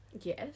Yes